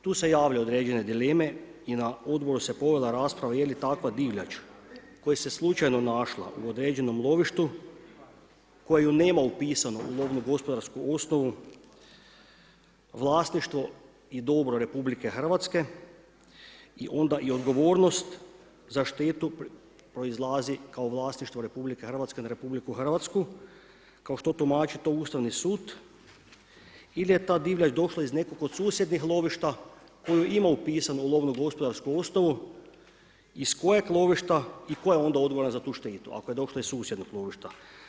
Tu se javlja određene dileme i na odgovor se povela rasprava je li takva divljač, koja se slučajno našla u određenom lovištu, koju nema upisanu u lovno gospodarsku osnovu, vlasništvo i dobro RH i onda i odgovornost za štetu proizlazi kao vlasništvo RH nad RH kao što tumači to Ustavni sud ili je ta divljač došla iz nekog od susjednih lovišta koju ima upisan u lovnu gospodarsku osnovu iz kojeg lovišta i tko je onda odgovoran za tu štetu, ako je došla iz susjednog lovišta.